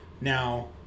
Now